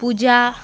पुजा